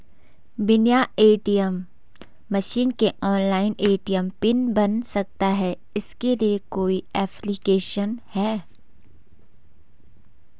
बिना ATM machine के online ATM PIN बन सकता है इसके लिए कोई ऐप्लिकेशन है?